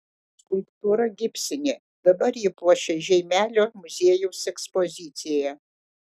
skulptūra gipsinė dabar ji puošia žeimelio muziejaus ekspoziciją